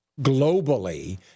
globally